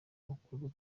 makuru